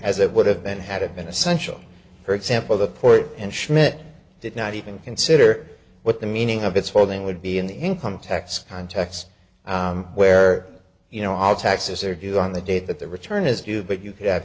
as it would have been had it been essential for example the port and schmidt did not even consider what the meaning of its holding would be in the income tax context where you know all taxes are due on the date that the return is due but you could have